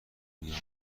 بیار